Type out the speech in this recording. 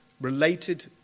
related